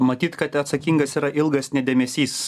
matyt kad atsakingas yra ilgas dėmesys